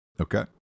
Okay